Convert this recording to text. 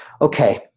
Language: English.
Okay